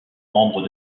membres